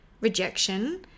rejection